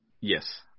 Yes